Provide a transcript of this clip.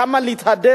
כמה אפשר להתהדר.